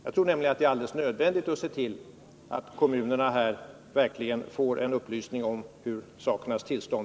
Jag tror nämligen att det är alldeles nödvändigt att se till att kommunerna verkligen får upplysning om sakernas tillstånd.